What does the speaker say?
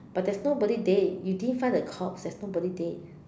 but there's nobody dead you didn't find the corpse there's nobody dead